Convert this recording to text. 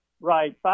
Right